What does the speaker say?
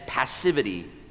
passivity